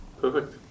perfect